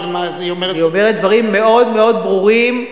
אני אומרת דברים מאוד מאוד ברורים: